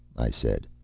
i said.